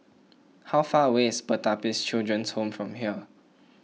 how far away is Pertapis Children Home from here